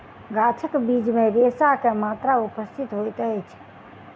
गाछक बीज मे रेशा के मात्रा उपस्थित होइत अछि